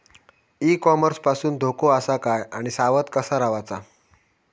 E commerce पासून धोको आसा काय आणि सावध कसा रवाचा?